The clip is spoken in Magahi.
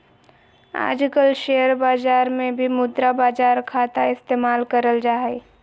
आजकल शेयर बाजार मे भी मुद्रा बाजार खाता इस्तेमाल करल जा हय